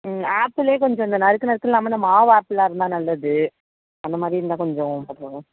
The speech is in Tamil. ம் ஆப்பிளே கொஞ்சம் இந்த நறுக்கு நறுக்குனு இல்லாமல் இந்த மாவு ஆப்பிளாக இருந்தால் நல்லது அந்த மாதிரி இருந்தால் கொஞ்சம்